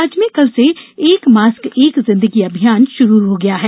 राज्य में कल से एक मास्क एक जिंदगी अभियान भी शुरू हो गया है